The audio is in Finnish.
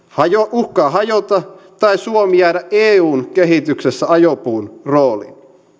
uhkaa hajota tai suomi jäädä eun kehityksessä ajopuun rooliin